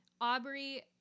Aubrey